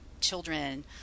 children